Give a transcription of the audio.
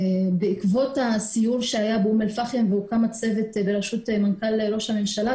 בעקבות הסיור שהיה באום על פחם והוקם הצוות ברשות מנכ"ל ראש הממשלה,